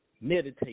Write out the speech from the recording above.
Meditate